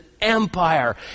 empire